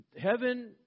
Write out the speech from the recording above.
Heaven